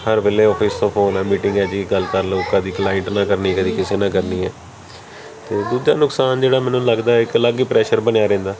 ਹਰ ਵੇਲੇ ਆਫਿਸ ਤੋਂ phone meeting ਹੈ ਜੀ ਗੱਲ ਕਰ ਲਓ ਕਦੀ ਕਲਾਈਂਟ ਨਾਲ ਕਰਨੀ ਕਦੀ ਕਿਸੇ ਨਾਲ ਕਰਨੀ ਹੈ ਅਤੇ ਦੂਜਾ ਨੁਕਸਾਨ ਜਿਹੜਾ ਮੈਨੂੰ ਲੱਗਦਾ ਇੱਕ ਅਲੱਗ ਹੀ ਪ੍ਰੈਸ਼ਰ ਬਣਿਆ ਰਹਿੰਦਾ